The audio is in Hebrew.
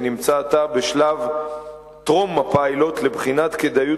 שנמצא עתה בשלב טרום-הפיילוט לבחינת כדאיות